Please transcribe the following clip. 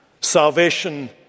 Salvation